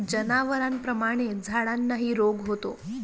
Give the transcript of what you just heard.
जनावरांप्रमाणेच झाडांनाही रोग होतो